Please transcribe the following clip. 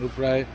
প্ৰায়